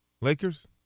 Lakers